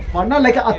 um and like a